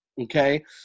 okay